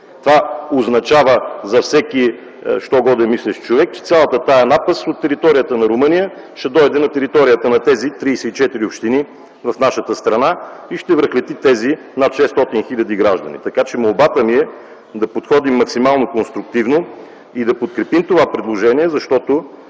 Това означа за всеки що годе мислещ човек, че цялата тази напаст от територията на Румъния ще дойде на територията на тези 34 общини в нашата страна и ще връхлети тези над 600 хил. граждани. Молбата ми е да подходим максимално конструктивно и да подкрепим това предложение, защото